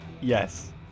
Yes